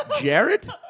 Jared